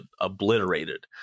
obliterated